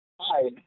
Hi